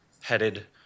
headed